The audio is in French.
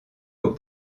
aux